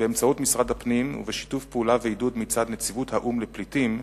באמצעות משרד הפנים ובשיתוף פעולה ועידוד מצד נציבות האו"ם לפליטים,